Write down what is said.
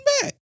back